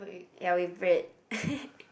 ya with bread